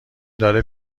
داره